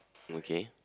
okay